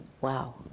Wow